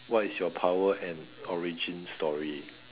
what is your power and origin story